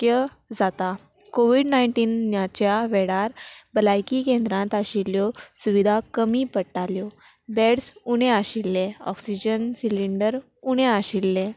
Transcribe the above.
क्य जाता कोवीड नायनटीनाच्या वेळार भलायकी केंद्रांत आशिल्ल्यो सुविधा कमी पडटाल्यो बेड्स उणें आशिल्ले ऑक्सिजन सिलिंडर उणें आशिल्लें